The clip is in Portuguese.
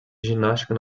ginástica